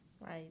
Right